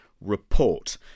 report